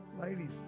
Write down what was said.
Ladies